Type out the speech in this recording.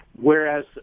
Whereas